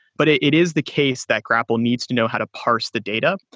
but it it is the case that grapl needs to know how to parse the data.